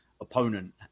opponent